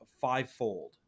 fivefold